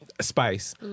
Spice